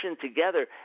together